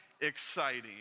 exciting